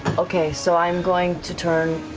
okay, so i'm going to turn,